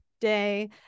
day